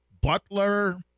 Butler